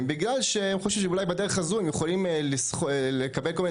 בגלל שהם חושבים שאולי בדרך הזו הם יכולים לקבל כל מיני